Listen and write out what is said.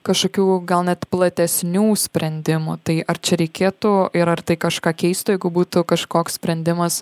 kažkokių gal net platesnių sprendimų tai ar čia reikėtų ir ar tai kažką keistų jeigu būtų kažkoks sprendimas